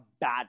bad